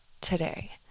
today